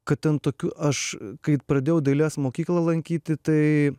kad ten tokių aš kai pradėjau dailės mokyklą lankyti tai